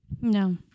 No